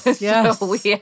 yes